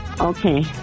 Okay